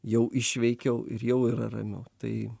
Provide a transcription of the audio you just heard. jau išveikiau ir jau yra ramiau tai